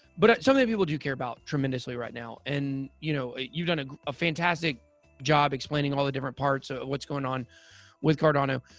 but something people do care about tremendously right now and, you know, you've done a ah fantastic job explaining all the different parts of what's going on with cardano.